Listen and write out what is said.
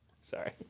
Sorry